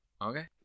Okay